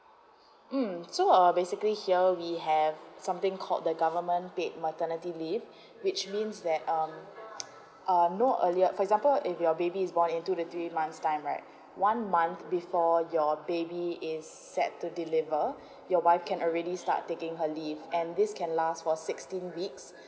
okay so uh basically here we have something called the government paid maternity leave which means that um um no earlier for example if your baby is born into the three months time right one month before your baby is set to deliver your wife can already start taking her leave and this can last for sixteen weeks